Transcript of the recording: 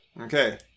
Okay